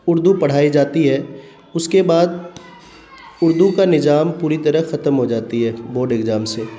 اردو پڑھائی جاتی ہے اس کے بعد اردو کا نجام پوری طرح ختم ہو جاتی ہے بورڈ ایگزام سے